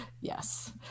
Yes